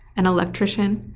an electrician,